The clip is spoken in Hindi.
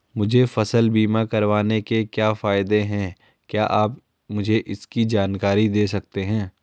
मुझे फसल बीमा करवाने के क्या फायदे हैं क्या आप मुझे इसकी जानकारी दें सकते हैं?